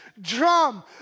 drum